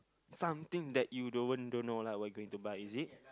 something that you don't don't know lah what you're going to buy is it